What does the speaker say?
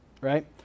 right